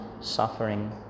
suffering